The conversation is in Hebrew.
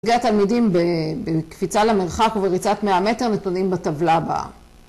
הישגי התלמידים בקפיצה למרחק ובריצת 100 מטר נתונים בטבלה הבאה